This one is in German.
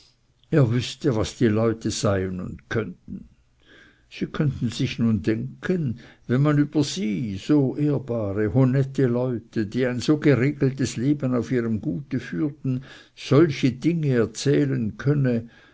er wüßte was die leute seien und könnten sie könnten sich nun denken wenn man über sie so ehrbare honette leute die ein so geregeltes leben auf ihrem gute führten solche dinge erzählen könne